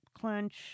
clench